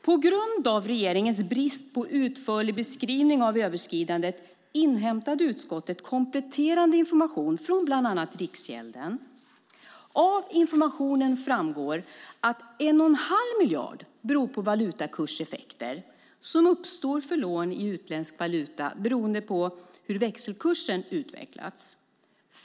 På grund av regeringens brist på utförlig beskrivning av överskridandet inhämtade utskottet kompletterande information från bland annat Riksgälden. Av informationen framgår att 1 1⁄2 miljard beror på valutakurseffekter som uppstår för lån i utländsk valuta beroende på hur växelkursen utvecklats.